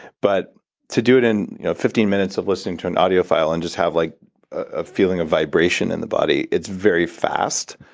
but to do it in fifteen minutes of listening to an audio file and just have like a feeling of vibration in the body, it's very fast.